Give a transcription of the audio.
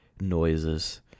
noises